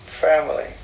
family